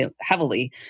Heavily